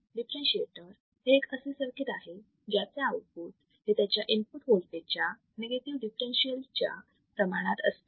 differentiator हे एक असे सर्किट आहे ज्याचे आउटपुट हे त्याच्या इनपुट वोल्टेज च्या निगेटिव्ह दिफ्फेरेन्शियल च्या प्रमाणात असते